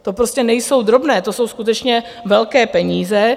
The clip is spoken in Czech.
To prostě nejsou drobné, to jsou skutečně velké peníze.